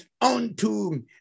unto